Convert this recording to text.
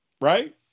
right